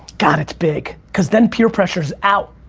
god it's big, cause then peer pressure's out.